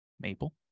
maple